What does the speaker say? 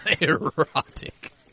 Erotic